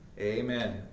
Amen